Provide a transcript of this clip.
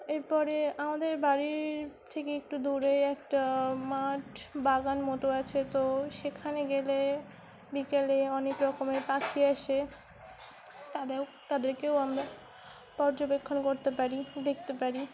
এরপরে আমাদের বাড়ির থেকে একটু দূরে একটা মাঠ বাগান মতো আছে তো সেখানে গেলে বিকেলে অনেক রকমের পাখি আসে তাদেরও তাদেরকেও আমরা পর্যবেক্ষণ করতে পারি দেখতে পারি